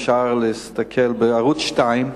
אפשר להסתכל בערוץ-2,